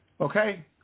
Okay